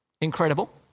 Incredible